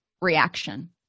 reaction